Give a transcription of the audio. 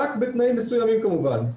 רק בתנאים מסוימים כמובן.